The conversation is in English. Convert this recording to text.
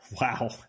Wow